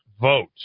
vote